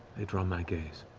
they draw my gaze.